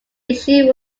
issue